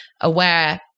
aware